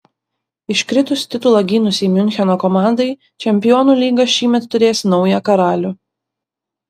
iškritus titulą gynusiai miuncheno komandai čempionų lyga šįmet turės naują karalių